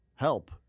help